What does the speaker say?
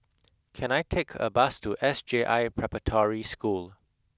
can I take a bus to S J I Preparatory School